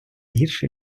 гірше